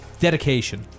Dedication